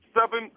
seven